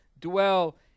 dwell